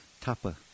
tapa